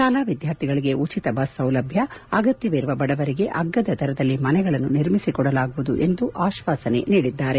ಶಾಲಾ ವಿದ್ಯಾರ್ಥಿಗಳಿಗೆ ಉಚಿತ ಬಸ್ ಸೌಲಭ್ಯ ಅಗತ್ಯವಿರುವ ಬಡವರಿಗೆ ಅಗ್ಗದ ದರದಲ್ಲಿ ಮನೆಗಳನ್ನು ನಿರ್ಮಿಸಿಕೊಡಲಾಗುವುದು ಎಂದು ಆಶ್ವಾಸನೆ ನೀಡಿದ್ದಾರೆ